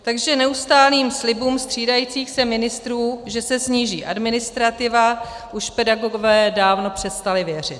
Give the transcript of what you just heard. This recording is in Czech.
Takže neustálým slibům střídajících se ministrů, že se sníží administrativa, už pedagogové dávno přestali věřit.